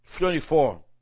24